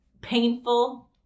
painful